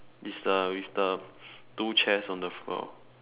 is the with the two chairs on the floor